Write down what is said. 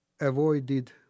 avoided